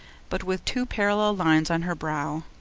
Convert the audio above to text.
but with two parallel lines on her brow.